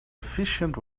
efficient